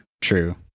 True